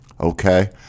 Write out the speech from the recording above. Okay